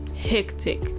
hectic